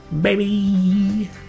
baby